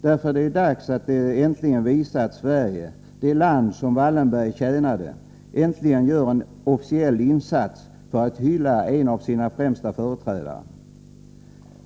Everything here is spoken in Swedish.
Därför är det dags att äntligen visa att Sverige — det land som Wallenberg tjänade — gör en officiell insats för att hylla en av sina främsta företrädare.